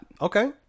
Okay